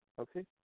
Okay